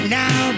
now